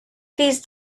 these